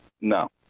No